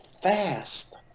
fast